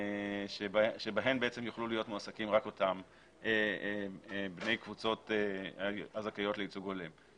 שבהן יוכלו להיות מועסקים רק בני הקבוצות הזכאיות לייצוג הולם.